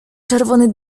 czerwony